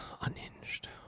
unhinged